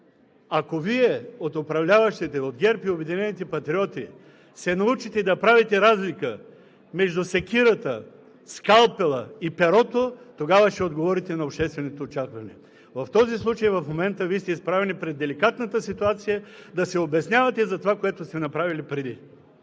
Ако Вие от управляващите – от ГЕРБ и „Обединени патриоти“, се научите да правите разлика между секирата, скалпела и перото, тогава ще отговорите на обществените очаквания. В момента – в този случай, Вие сте изправени пред деликатната ситуация да се обяснявате за това, което сте направили преди.